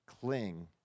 cling